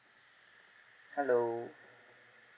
hello